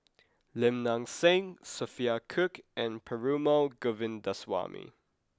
Lim Nang Seng Sophia Cooke and Perumal Govindaswamy